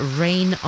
rain